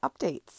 updates